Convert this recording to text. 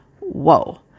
Whoa